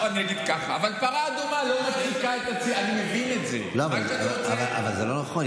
אני אגיד כך, אבל פרה אדומה לא, אבל זה לא נכון.